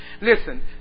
listen